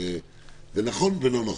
זה נכון ולא נכון.